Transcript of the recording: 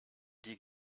die